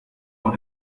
nous